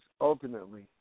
ultimately